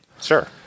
Sure